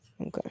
Okay